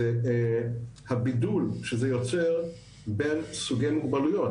זה הבידול שזה יוצר בין סוגי מוגבלויות.